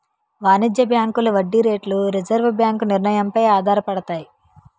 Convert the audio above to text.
వాణిజ్య బ్యాంకుల వడ్డీ రేట్లు రిజర్వు బ్యాంకు నిర్ణయం పై ఆధారపడతాయి